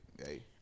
hey